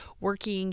working